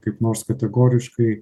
kaip nors kategoriškai